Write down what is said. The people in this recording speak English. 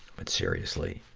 but seriously,